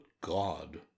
God